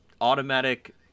automatic